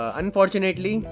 unfortunately